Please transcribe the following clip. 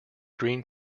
green